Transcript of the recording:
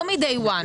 לא מ-day 1,